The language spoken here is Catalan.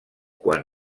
quan